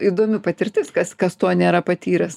įdomi patirtis kas kas tuo nėra patyręs